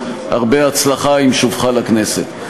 הרבה הצלחה עם שובך לכנסת.